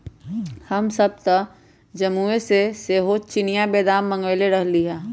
हमसभ तऽ जम्मूओ से सेहो चिनियाँ बेदाम मँगवएले रहीयइ